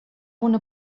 una